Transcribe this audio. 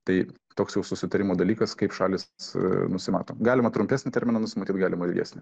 tai toks jau susitarimo dalykas kaip šalys e nusimato galima trumpesnį terminą nusmatyt galimą ilgesnį